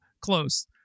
close